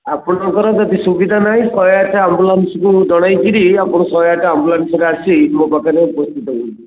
ଆପଣଙ୍କର ଯଦି ସୁବିଧା ନାହିଁ ଶହେ ଆଠେ ଆମ୍ବୁଲାନ୍ସ୍କୁ ଜଣାଇକିରି ଆପଣ ଶହେ ଆଠେ ଆମ୍ବୁଲାନ୍ସ୍ରେ ଆସି ମୋ ପାଖରେ ଉପସ୍ଥିତ ହୁଅନ୍ତୁ